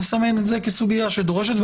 נסמן את זה כסוגיה שדורשת בירור.